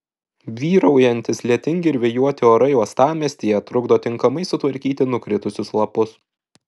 vyraujantys lietingi ir vėjuoti orai uostamiestyje trukdo tinkamai sutvarkyti nukritusius lapus